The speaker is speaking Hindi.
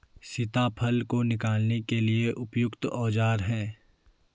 सीताफल को निकालने के लिए उपयुक्त औज़ार?